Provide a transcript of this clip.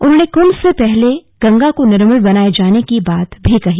उन्होंने कुंभ से पहले गंगा को निर्मल बनाये जाने की बात भी कही